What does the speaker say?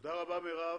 תודה רבה מרב.